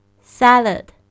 Salad